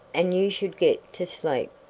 and you should get to sleep.